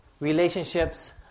Relationships